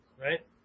right